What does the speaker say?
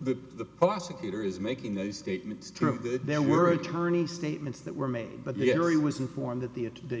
the the prosecutor is making those statements true there were attorney statements that were made but the area was informed that the a to the